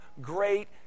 great